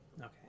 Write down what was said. okay